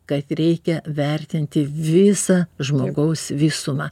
kad reikia vertinti visą žmogaus visumą